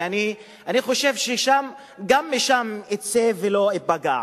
אני חושב שגם לשם אצא ולא אפגע,